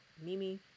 Mimi